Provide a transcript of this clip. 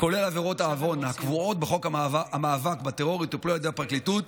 כלל עבירות העוון הקבועות בחוק המאבק בטרור יטופלו על ידי הפרקליטות,